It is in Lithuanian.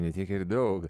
ne tiek ir daug